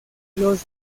los